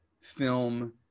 film